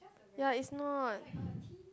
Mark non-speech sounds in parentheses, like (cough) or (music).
ya is not (breath)